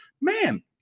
man